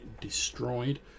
destroyed